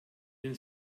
den